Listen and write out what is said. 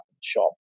shop